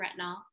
retinol